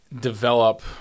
develop